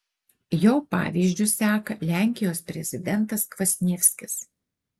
jo pavyzdžiu seka lenkijos prezidentas kvasnievskis